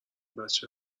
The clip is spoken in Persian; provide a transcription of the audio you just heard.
بچه